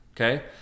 okay